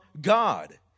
God